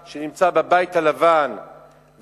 מי שנמצא במועדון בוודאי לא ישמע אותי,